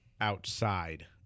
outside